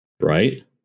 right